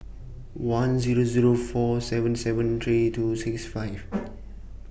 one Zero Zero four seven seven three two six five